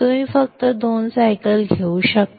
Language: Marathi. तुम्ही फक्त दोन सायकल घेऊ शकता